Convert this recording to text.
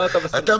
אתה,